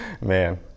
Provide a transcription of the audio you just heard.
man